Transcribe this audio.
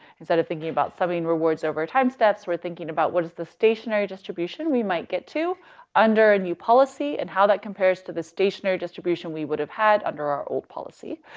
instead of thinking about subbing rewards over time steps, we're thinking about what is the stationary distribution we might get to under a new policy and how that compares to the stationary distribution we would have had under our old policy.